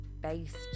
based